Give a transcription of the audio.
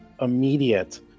immediate